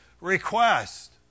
request